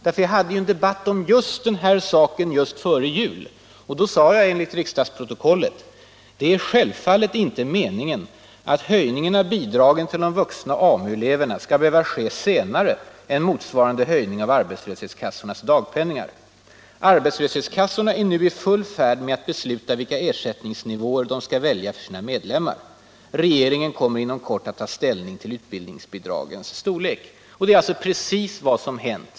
Vi hade en debatt om detta strax före jul, då jag enligt riksdagsprotokollet sade att det är ”självfallet inte meningen att höjningen av bidragen till de vuxna AMU-eleverna skall behöva ske senare än motsvarande höjning av arbetslöshetskassornas dagpenningar. Arbetslöshetskassorna är nu i full färd med att besluta vilka ersättningsnivåer de skall välja för sina medlemmar. Regeringen kommer inom kort att ta ställning till utbildningsbidragens storlek.” Detta är också precis vad som hänt.